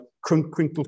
crinkle